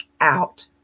out